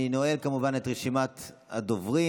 אני נועל כמובן את רשימת הדוברים.